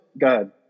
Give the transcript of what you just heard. god